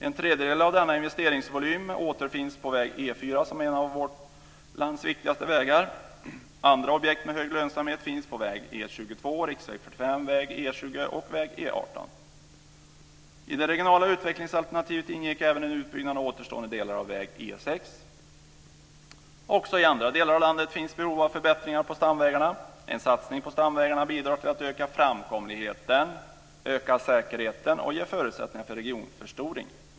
En tredjedel av denna investeringsvolym återfinns på väg E 4 som är en av vårt lands viktigaste vägar. Andra objekt med hög lönsamhet finns på väg E 22, riksväg 45, väg E 20 och väg E 18. I det regionala utvecklingsalternativet ingick även en utbyggnad av återstående delar av väg E 6. Också i andra delar av landet finns behov av förbättringar på stamvägarna. En satsning på stamvägarna bidrar till att öka framkomligheten, öka säkerheten och ge förutsättningar för regionförstoring.